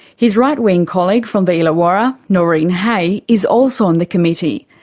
his right-wing colleague from the illawarra, noreen hay, is also on the committee.